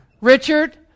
Richard